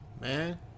Man